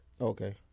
okay